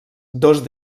dos